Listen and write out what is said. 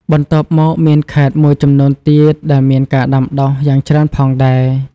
បន្ទាប់មកមានខេត្តមួយចំនួនទៀតដែលមានការដាំដុះយ៉ាងច្រើនផងដែរ។